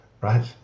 right